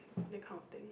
that kind of thing